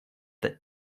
that